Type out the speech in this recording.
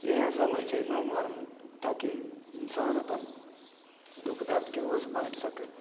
इएहे सभ होइ छै गाँव घरमे ताकि इंसान अपन दुखदर्द ककरोसँ बाँटि सकय